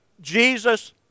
Jesus